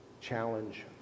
challenge